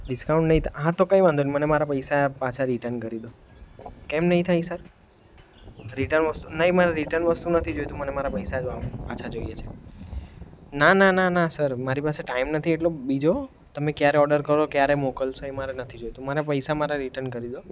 discount નહીં તો હા તો કંઈ વાંધો નહીં મને મારા પૈસા પાછા રિટન કરી દો કેમ નહીં થાય સર રિટન વસ્તુ નહીં મને રિટન વસ્તુ નથી જોઈતી મને મારા પૈસા જ પાછા જોઈએ છે ના ના ના સર મારી પાસે ટાઈમ નથી એટલો બીજો તમે ક્યારે ઓડર કરો ક્યારે મોકલશો એ મારે નથી જોતું મારે પૈસા મારા રિટન કરી દો